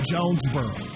Jonesboro